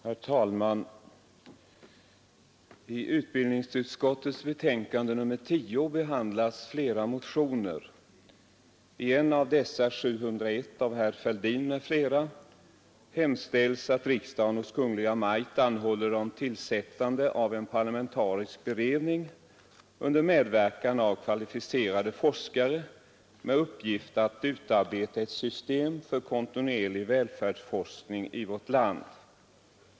Herr talman! I utbildningsutskottets betänkande nr 10 behandlas flera motioner. I en av dessa, nr 701 av herr Fälldin m.fl., hemställs att riksdagen hos Kungl. Maj:t anhåller om tillsättande av en parlamentarisk beredning under medverkan av kvalificerade forskare med uppgift att utarbeta ett system för kontinuerlig välfärdsforskning i vårt land.